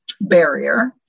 barrier